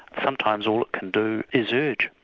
sometimes all it can do is urge.